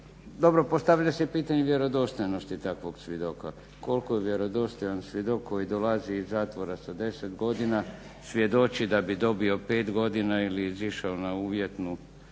Dobro, postavlja se pitanje vjerodostojnosti takvog svjedoka. Koliko je vjerodostojan svjedok koji dolazi iz zatvora sa 10 godina, svjedoči da bi dobio 5 godina ili izašao na uvjetnu